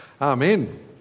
Amen